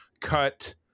cut